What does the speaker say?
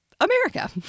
America